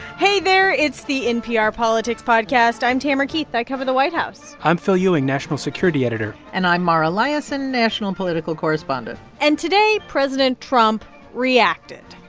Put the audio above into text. hey, there. it's the npr politics podcast. i'm tamara keith. i cover the white house i'm phil ewing, national security editor and i'm mara liasson, national political correspondent and today, president trump reacted.